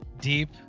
deep